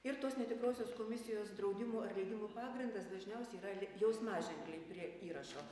ir tos netikrosios komisijos draudimo ar leidimo pagrindas dažniausiai yra l jausmaženkliai prie įrašo